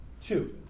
Two